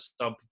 sub